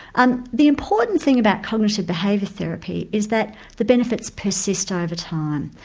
and the important thing about cognitive behaviour therapy is that the benefits persist over time.